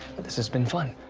this has been fun.